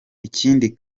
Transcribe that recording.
ikindi